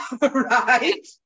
right